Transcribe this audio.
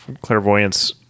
clairvoyance